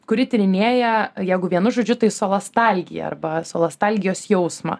kuri tyrinėja jeigu vienu žodžiu tai solostalgiją arba solostalgijos jausmą